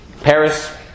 Paris